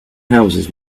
houses